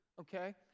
okay